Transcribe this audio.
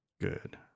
Good